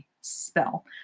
spell